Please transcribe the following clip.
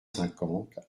cinquante